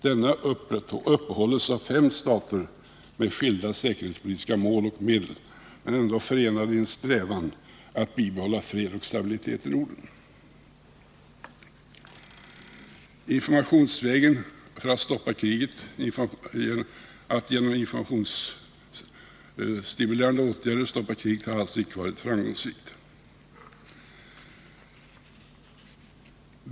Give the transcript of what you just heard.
Denna upprätthålles av fem stater med skilda säkerhetspolitiska mål och medel men ändå förenade i en strävan att bibehålla fred och stabilitet i Norden. Försök att genom informationsstimulerande åtgärder stoppa kriget har alltså inte varit framgångsrika.